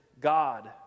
God